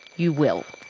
you will.